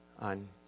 on